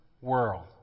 world